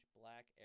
Black